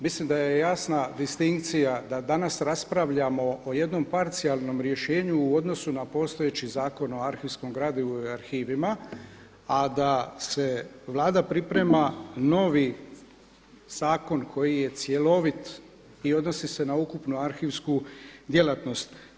Mislim da je jasna distinkcija da danas raspravljamo o jednom parcijalnom rješenju u odnosu na postojeći Zakon o arhivskom gradivu i arhivima, a da Vlada priprema novi zakon koji je cjelovit i odnosi se na ukupnu arhivsku djelatnost.